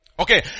Okay